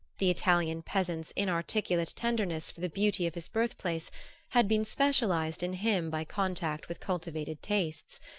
the italian peasant's inarticulate tenderness for the beauty of his birthplace had been specialized in him by contact with cultivated tastes,